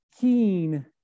keen